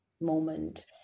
moment